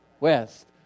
west